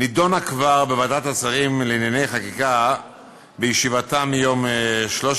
נדונה כבר בוועדת השרים לענייני חקיקה בישיבתה ביום 13